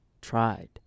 tried